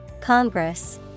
Congress